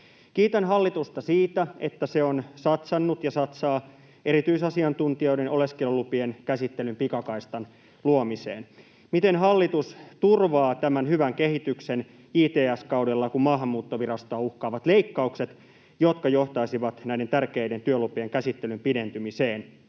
Kiitän hallitusta siitä, että se on satsannut ja satsaa erityisasiantuntijoiden oleskelulupien käsittelyn pikakaistan luomiseen. Miten hallitus turvaa tämän hyvän kehityksen JTS-kaudella, kun Maahanmuuttovirastoa uhkaavat leikkaukset, jotka johtaisivat näiden tärkeiden työlupien käsittelyn pidentymiseen?